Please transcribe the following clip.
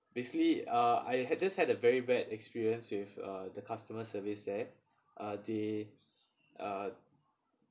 basically uh I had just had a very bad experience with uh the customer service there uh they uh